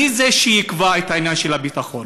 אני זה שיקבע את ענייני הביטחון.